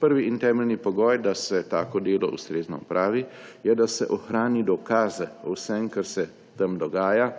Prvi in temeljni pogoj, da se tako delo ustrezno opravi, je, da se ohrani dokaze o vsem, kar se tam dogaja.